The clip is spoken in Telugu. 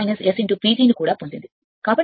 కాబట్టి సరిగ్గా 57